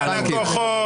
אלא הלקוחות,